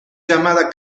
llamada